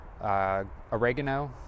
oregano